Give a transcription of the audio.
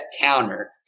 counter